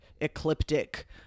ecliptic